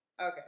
Okay